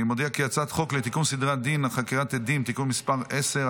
אני מודיע כי הצעת חוק לתיקון סדרי הדין (חקירת עדים) (תיקון מס' 10),